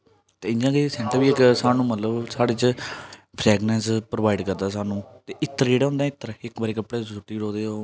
ते इ'यां गै एह् सैंट बी इक सानूं मतलब साढ़े च फ्रेगनस प्रोवाइड करदा सानूं ते इत्र जेह्ड़ा होंदा निं इत्र इक बारी कपड़े उप्पर सुटी ओड़ो ते ओह्